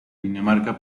dinamarca